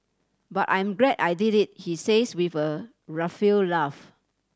but I'm glad I did it he says with a rueful laugh